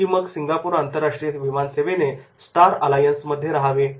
की मग सिंगापूर आंतरराष्ट्रीय विमान सेवेने स्टार अलायन्स मध्ये रहावे